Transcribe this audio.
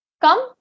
come